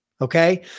okay